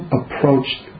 approached